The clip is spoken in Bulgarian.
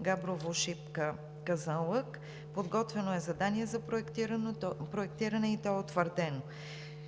Габрово – Шипка – Казанлък.“ Подготвено е задание за проектиране и то е утвърдено.